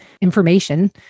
information